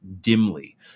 dimly